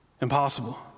impossible